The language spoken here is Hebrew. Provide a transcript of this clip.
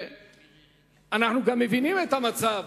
ואנחנו מבינים את המצב